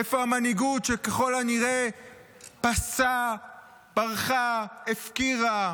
איפה המנהיגות שככל הנראה פרחה, הפקירה,